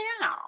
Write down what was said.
now